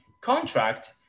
contract